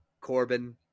Corbin